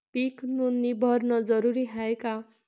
पीक नोंदनी भरनं जरूरी हाये का?